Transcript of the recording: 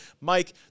Mike